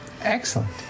Excellent